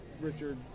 Richard